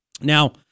Now